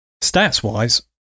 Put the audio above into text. Stats-wise